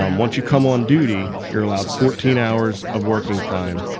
um once you come on duty, you're allowed fourteen hours of working time.